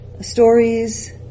Stories